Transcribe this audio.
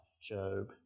Job